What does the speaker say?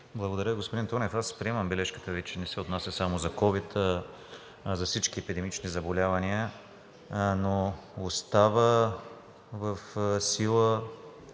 Благодаря. Господин Тонев, приемам бележката Ви, че не се отнася само за ковид, а за всички епидемични заболявания, но остава в сила